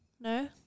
No